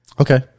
Okay